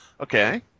Okay